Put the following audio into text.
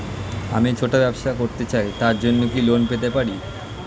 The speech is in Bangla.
আমি ছোট ব্যবসা করতে চাই তার জন্য কি লোন পেতে পারি?